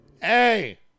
Hey